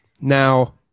Now